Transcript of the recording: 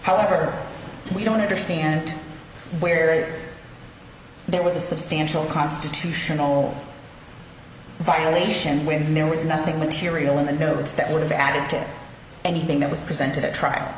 however we don't understand where it there was a substantial constitutional violation when there was nothing material and no it's that would have added to anything that was presented at trial